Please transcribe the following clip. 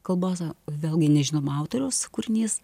kalbos vėlgi nežinomo autoriaus kūrinys